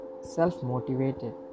self-motivated